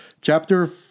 Chapter